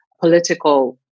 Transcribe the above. political